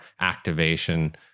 activation